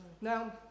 Now